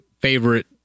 Favorite